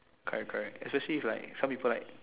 correct correct especially if like some people like